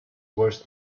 worse